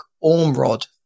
Ormrod